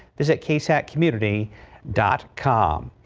visit ksat community dot com.